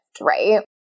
right